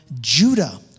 Judah